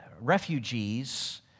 refugees